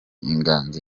inganzo